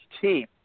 team